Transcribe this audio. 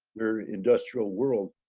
their industrial world.